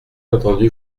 entendu